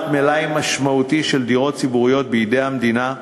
מלאי משמעותי של דירות ציבוריות בידי המדינה,